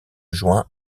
juin